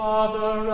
Father